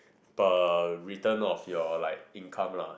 per return of your like income lah